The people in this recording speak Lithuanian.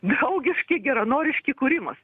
draugiški geranoriški kūrimas